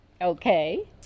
Okay